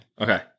Okay